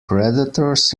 predators